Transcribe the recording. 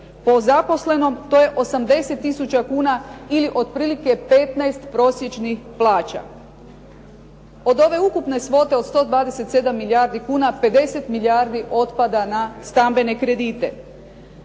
Po zaposlenom, to je 80 tisuća kuna ili otprilike 15 prosječnih plaća. Od ove ukupne svote od 127 milijardi kuna, 50 milijardi otpada na stambene kredite.